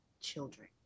Children